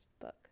book